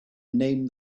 name